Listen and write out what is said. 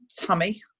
tummy